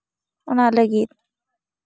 ᱚᱱᱟ ᱞᱟᱹᱜᱤᱫ